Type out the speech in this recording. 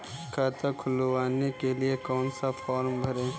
खाता खुलवाने के लिए कौन सा फॉर्म भरें?